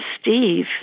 Steve